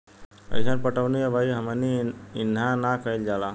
अइसन पटौनी अबही हमनी इन्हा ना कइल जाला